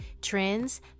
trends